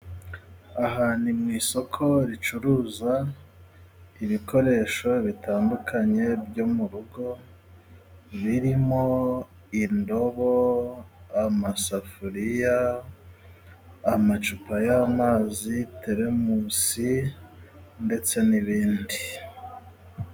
Aha ni mu isoko ricuruza ibikoresho bitandukanye byo mu rugo birimo indobo, amasafuriya amacupa y'amazi, telemusi ndetse n'ibindi.